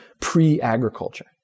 pre-agriculture